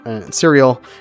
Cereal